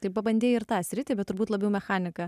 tai pabandei ir tą sritį bet turbūt labiau mechanika